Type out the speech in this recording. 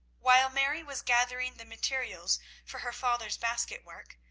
while mary was gathering the materials for her father's basket-work,